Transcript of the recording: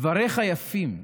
דבריך יפים,